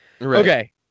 Okay